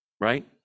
right